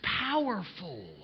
powerful